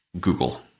Google